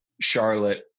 charlotte